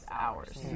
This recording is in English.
hours